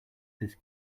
this